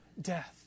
death